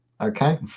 okay